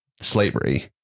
slavery